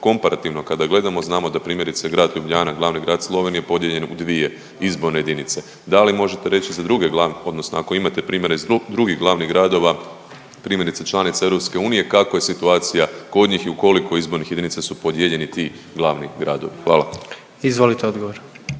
komparativno kada gledamo, znamo da je primjerice grad Ljubljana, glavni grad Slovenije podijeljen u 2 izborne jedinice, da li možete reći za druge glavne odnosno ako imate primjere iz drugih glavnih gradova, primjerice članova EU, kakva je situacija kod njih i u koliko izbornih jedinica su podijeljeni ti glavni gradovi? Hvala. **Jandroković,